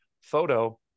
photo